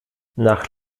nach